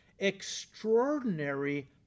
Extraordinary